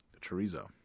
chorizo